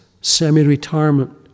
semi-retirement